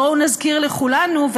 בואו נזכיר לכולנו,